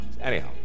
Anyhow